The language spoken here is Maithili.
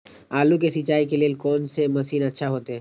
आलू के सिंचाई के लेल कोन से मशीन अच्छा होते?